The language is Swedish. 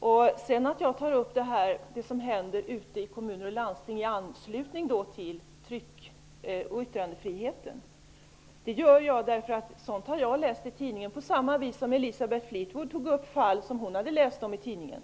Jag tar här upp det som händer i kommuner och landsting i anslutning till tryck och yttrandefriheten, något som jag har läst om i tidningen. På samma sätt tog Elisabeth Fleetwood upp fall som hon hade läst om i tidningen.